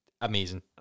amazing